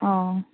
ᱚᱸᱻ